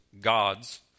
gods